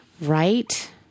Right